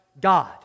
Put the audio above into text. God